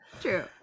True